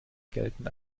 gelten